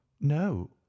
no